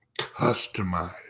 customize